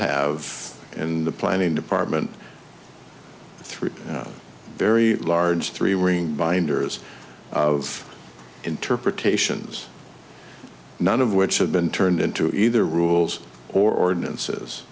have in the planning department three very large three ring binders of interpretations none of which have been turned into either rules or ordinances